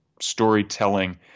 storytelling